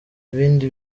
ibindi